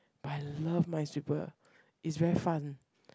but I love Minesweeper is very fun